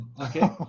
Okay